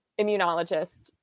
immunologists